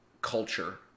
culture